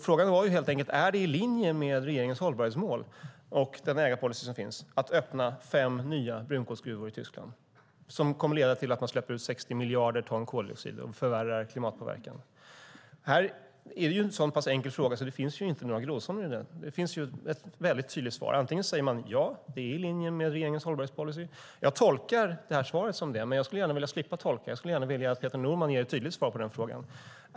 Frågan var helt enkelt: Är det i linje med regeringens hållbarhetsmål och den ägarpolicy som finns att öppna fem nya brunkolsgruvor i Tyskland som kommer att leda till att man släpper ut 60 miljarder ton koldioxid och förvärrar klimatpåverkan? Det är en så pass enkel fråga att det inte finns några gråzoner. Det finns ett tydligt svar. Man kan säga: Ja, det är i linje med regeringens hållbarhetspolicy. Jag tolkar Peter Normans svar så, men jag skulle vilja att han ger ett tydligt svar på frågan.